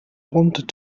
wanted